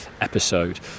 episode